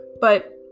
But-